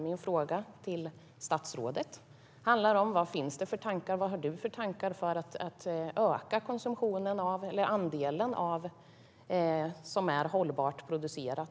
Min fråga till statsrådet handlar om vilka tankar det finns för att öka den andel livsmedel som är hållbart producerad.